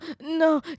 No